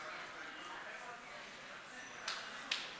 הישיבה המיוחדת: